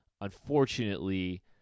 Unfortunately